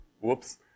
Whoops